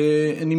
בבקשה.